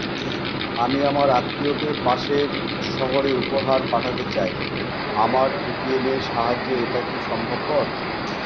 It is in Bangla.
আমি আমার আত্মিয়কে পাশের সহরে উপহার পাঠাতে চাই আমার এ.টি.এম এর সাহায্যে এটাকি সম্ভবপর?